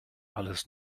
alles